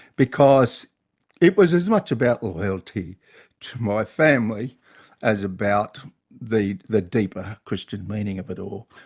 because it was as much about loyalty to my family as about the the deeper christian meaning of it all.